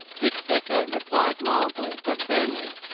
dick secker replied mildly but firmly.